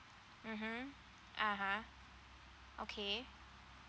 mmhmm uh !huh! okay